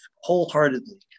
wholeheartedly